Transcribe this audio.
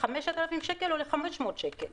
ל-5,000 שקל או ל-500 שקל?